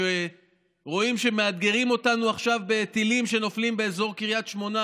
וכשרואים שמאתגרים אותנו עכשיו בטילים שנופלים באזור קריית שמונה,